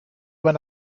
when